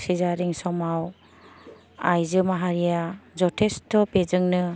सिजारिं समाव आइजो माहारिया जथेस्थ' बेजोंनो